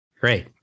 great